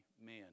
man